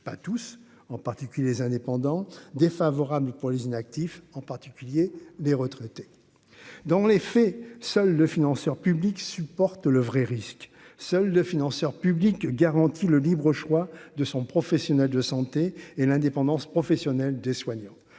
pas tous, en particulier les indépendants défavorable pour les inactifs, en particulier les retraités dans les faits, seul le financeur public supporte le vrai risque, seuls 2 financeurs publics garantit le libre choix de son professionnel de santé et l'indépendance professionnelle des soignants,